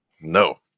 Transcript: no